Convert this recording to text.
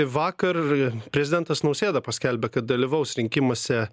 vakar prezidentas nausėda paskelbė kad dalyvaus rinkimuose